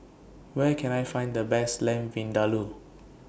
Where Can I Find The Best Lamb Vindaloo